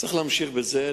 צריך להמשיך בזה.